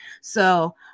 So-